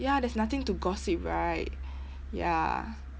ya there's nothing to gossip right ya